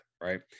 Right